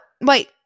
Wait